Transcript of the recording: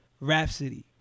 Rhapsody